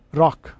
rock